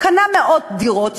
קנה מאות דירות,